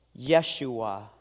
Yeshua